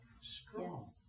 strong